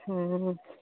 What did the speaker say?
हूँ